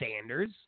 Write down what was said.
Sanders